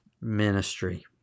ministry